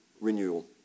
renewal